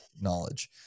knowledge